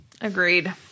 agreed